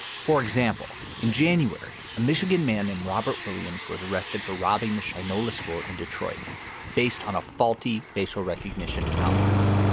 for example, in january a michigan man named robert williams was arrested for robbing the shinola store in detroit based on a faulty facial recognition algorithm.